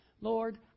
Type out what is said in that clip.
Lord